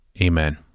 Amen